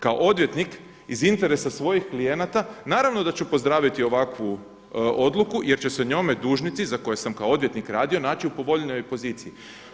Kao odvjetnik iz interesa svojih klijenata naravno da ću pozdraviti ovakvu odluku jer će se njome dužnici za koje sam kao odvjetnik radio naći u povoljnijoj poziciji.